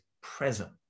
present